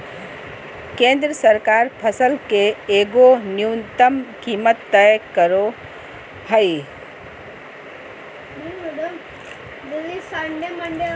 केंद्र सरकार फसल के एगो न्यूनतम कीमत तय करो हइ